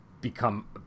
become